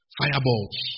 fireballs